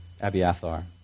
Abiathar